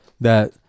that-